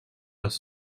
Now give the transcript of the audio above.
les